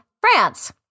France